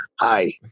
Hi